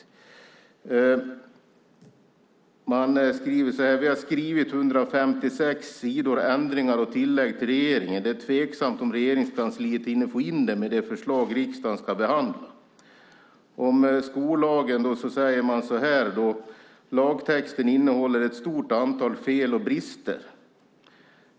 Vidare står det så här: Vi har skrivit 156 sidor ändringar och tillägg till regeringen. Det är tveksamt om Regeringskansliet hinner få in det med det förslag riksdagen ska behandla. Om skollagen säger man: Lagtexten innehåller ett stort antal fel och brister.